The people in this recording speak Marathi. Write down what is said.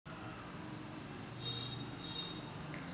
कर्जाची परतफेड करण्याचे वेगवेगळ परकार कोनचे?